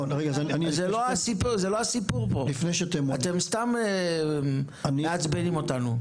זה לא הסיפור פה, אתם סתם מעצבנים אותנו.